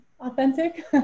authentic